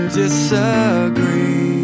disagree